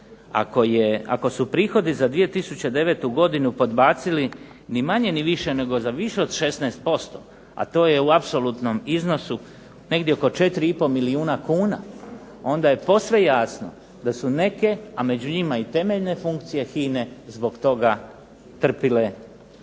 Ako su prihodi za 2009. godinu podbacili ni manje ni više nego za više od 16%, a to je u apsolutnom iznosu negdje oko 4 i po milijuna kuna, onda je posve jasno da su neke, a među njima i temeljne funkcije HINA-e zbog toga trpile i